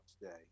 today